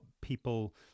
people